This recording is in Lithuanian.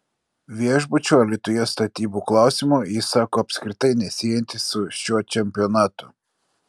viešbučio alytuje statybų klausimo jis sako apskritai nesiejantis su šiuo čempionatu